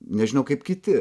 nežinau kaip kiti